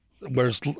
Whereas